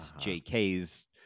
jk's